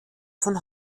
von